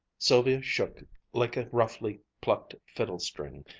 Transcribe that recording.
sylvia shook like a roughly plucked fiddle-string.